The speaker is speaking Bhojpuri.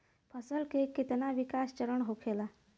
फसल के कितना विकास चरण होखेला?